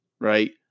right